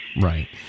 Right